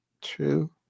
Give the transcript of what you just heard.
True